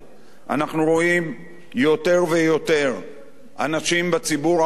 אנחנו רואים יותר ויותר אנשים בציבור החרדי,